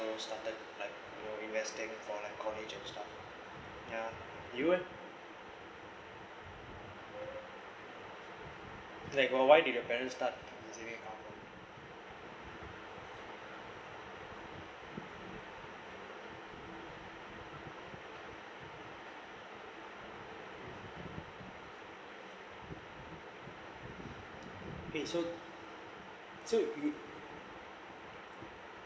started you know investing for like college and stuff ya you eh like why why did your parents start your saving account wait so so you